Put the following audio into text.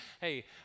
hey